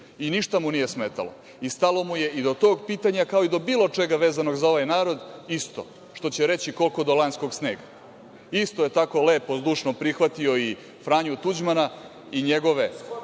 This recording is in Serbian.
i ništa mu nije smetalo. I stalo mu je i do tog pitanja, kao i do bilo čega vezanog za ovaj narod isto, što će reći koliko do lanjskog snega. Isto je tako lepo zdušno prihvatio i Franju Tuđmana i njegove